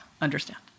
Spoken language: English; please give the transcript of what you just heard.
understand